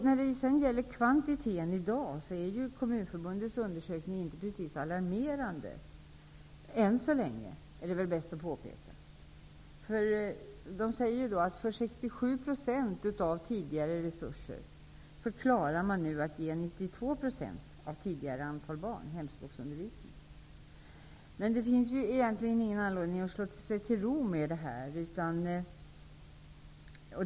När det gäller kvantiteten i dag är resultatet av Kommunförbundets undersökning inte alarmerande -- än så länge. Man säger att för 67 % av tidigare resurser, klarar man nu att ge 92 % av tidigare antal barn hemspråksundervisning. Men det finns ju ingen anledning att slå sig till ro med det.